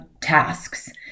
tasks